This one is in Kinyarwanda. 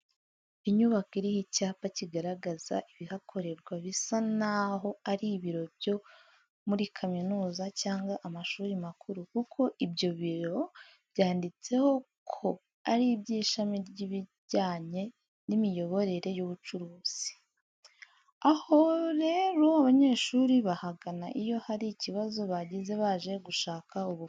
Inyubako iriho icyapa kigaragaza ibihakorerwa bisa naho ari ibiro byo muri kaminuza cyangwa amashuri makuru kuko ibyo biro byanditseho ko ari iby'ishami ry'ibijyanye n'imiyoborere y'ubucuruzi. Aha rero abanyeshuri bahagana iyo hari ikibazo bagize baje gushaka ubufasha.